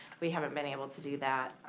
we haven't been able to do that.